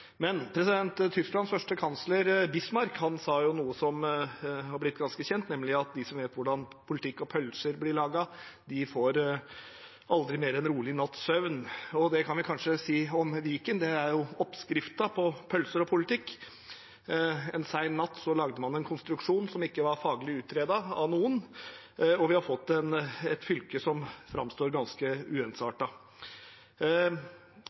Tysklands første kansler, Bismarck, sa noe som har blitt ganske kjent, nemlig at de som vet hvordan politikk og pølser blir laget, aldri mer får en rolig natts søvn. Det kan vi kanskje også si om Viken. Det er jo oppskriften på pølser og politikk. En sen natt lagde man en konstruksjon som ikke var faglig utredet av noen, og vi har fått et fylke som framstår ganske